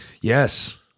Yes